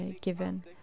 given